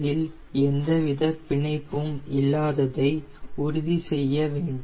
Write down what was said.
அதில் எந்தவித பிணைப்பும் இல்லாததை உறுதி செய்யவேண்டும்